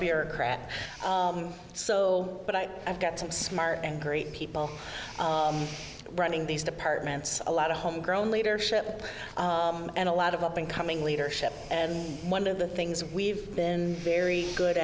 bureaucrat so but i have got some smart and great people running these departments a lot of home grown leadership and a lot of up and coming leadership and one of the things we've been very good